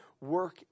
work